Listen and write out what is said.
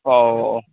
ഓ ഓ